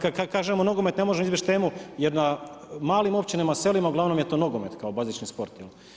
Kad kažem nogomet ne možemo izbjeći temu jer na malim općinama, selima uglavnom je to nogomet kao bazični sport.